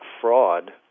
fraud